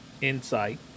Insight